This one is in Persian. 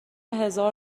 هزار